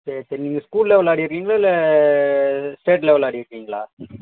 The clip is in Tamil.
சரி சரி நீங்கள் ஸ்கூல் லெவெல் ஆடிருக்கீங்களா இல்லை ஸ்டேட் லெவெல் ஆடிருக்கீங்களா